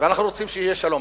ואנחנו רוצים שיהיה שלום,